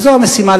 וזו המשימה,